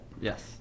Yes